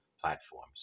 platforms